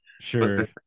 sure